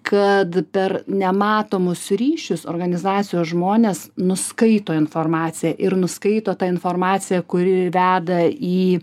kad per nematomus ryšius organizacijos žmonės nuskaito informaciją ir nuskaito tą informaciją kuri veda į